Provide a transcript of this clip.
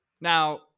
Now